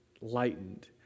lightened